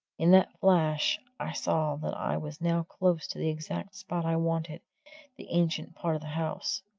in that flash i saw that i was now close to the exact spot i wanted the ancient part of the house.